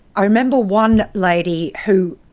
i remember one lady who,